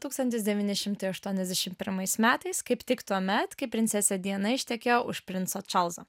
tūkstantis devyni šimtai aštuoniasdešim pirmais metais kaip tik tuomet kai princesė diana ištekėjo už princo čarlzo